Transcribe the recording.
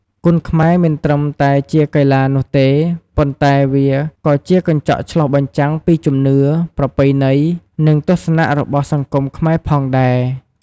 គុនខ្មែរមិនត្រឹមតែជាកីឡានោះទេ ប៉ុន្តែវាក៏ជាកញ្ចក់ឆ្លុះបញ្ចាំងពីជំនឿ ប្រពៃណី និងទស្សនៈរបស់សង្គមខ្មែរផងដែរ។